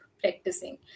practicing